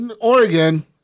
Oregon